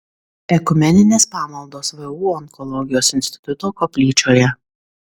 ekumeninės pamaldos vu onkologijos instituto koplyčioje